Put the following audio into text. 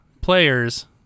players